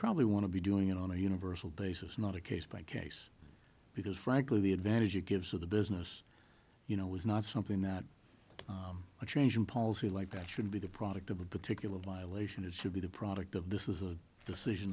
probably want to be doing it on a universal basis not a case by case because frankly the advantage it gives of the business you know is not something that a change in policy like that should be the product of a particular violation it should be the product of this is a decision